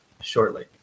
shortly